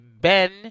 Ben